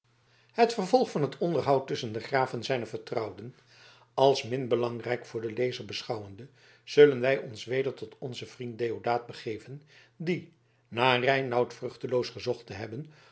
het vervolg van het onderhoud tusschen den graaf en zijne vertrouwden als min belangrijk voor den lezer beschouwende zullen wij ons weder tot onzen vriend deodaat begeven die na reinout vruchteloos gezocht te hebben